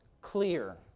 clear